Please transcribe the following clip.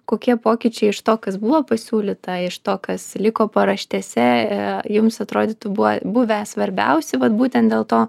kokie pokyčiai iš to kas buvo pasiūlyta iš to kas liko paraštėse jums atrodytų buvo buvę svarbiausi vat būtent dėl to